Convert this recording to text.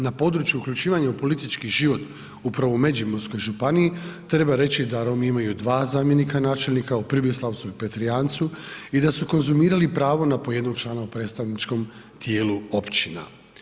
Na području uključivanja u politički život, upravo u Međimurskoj županiji treba reći da Romi imaju dva zamjenika načelnika, u Pribislavcu i Petrijancu, i da su konzumirali pravo na po jednog člana u predstavničkom tijelu općina.